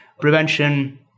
prevention